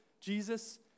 Jesus